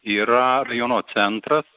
yra rajono centras